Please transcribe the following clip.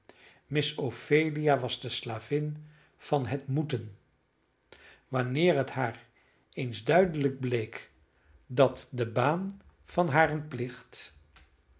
miss ophelia was de slavin van het moeten wanneer het haar eens duidelijk bleek dat de baan van haren plicht